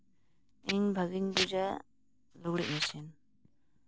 ᱤᱧ ᱵᱷᱟᱜᱮᱧ ᱵᱩᱡᱟ ᱞᱩᱜᱽᱲᱤᱡ ᱢᱮᱥᱤᱱ